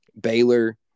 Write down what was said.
Baylor